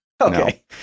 Okay